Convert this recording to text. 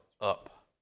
up